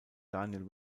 daniel